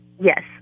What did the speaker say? yes